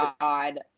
god